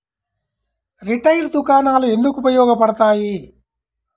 Retail దుకాణాలు ఎందుకు ఉపయోగ పడతాయి?